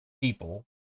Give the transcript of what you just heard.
people